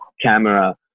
camera